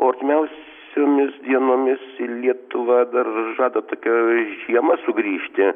o artimiausiomis dienomis lietuvą dar žada tokia žiema sugrįžti